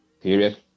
Period